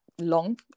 long